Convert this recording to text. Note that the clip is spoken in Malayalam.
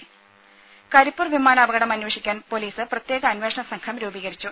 രുമ കരിപ്പൂർ വിമാനാപകടം അന്വേഷിക്കാൻ പൊലീസ് പ്രത്യേക അന്വേഷണ സംഘം രൂപീകരിച്ചു